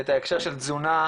את ההקשר של תזונה,